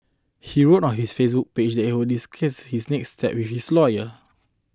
he wrote on his page that he will discuss his next steps with his lawyer